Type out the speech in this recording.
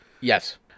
Yes